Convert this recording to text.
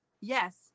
Yes